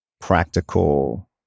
practical